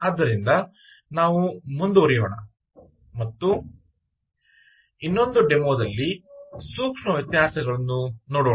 ಆದ್ದರಿಂದ ನಾವು ಮುಂದುವರಿಯೋಣ ಮತ್ತು ಮತ್ತೊಂದು ಡೆಮೊನಲ್ಲಿ ಸೂಕ್ಷ್ಮ ವ್ಯತ್ಯಾಸಗಳನ್ನು ನೋಡೋಣ